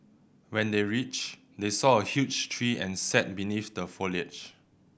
when they reached they saw a huge tree and sat beneath the foliage